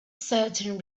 certainly